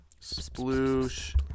Sploosh